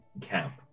camp